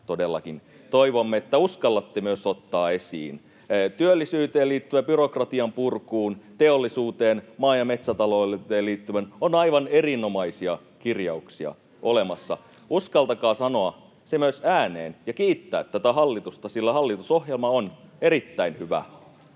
toivomme, että uskallatte myös ottaa esiin. Työllisyyteen liittyen, byrokratian purkuun, teollisuuteen, maa- ja metsätalouteen liittyen on aivan erinomaisia kirjauksia olemassa. Uskaltakaa sanoa se myös ääneen ja kiittää tätä hallitusta, sillä hallitusohjelma on erittäin hyvä.